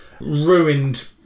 ruined